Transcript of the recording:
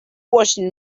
washing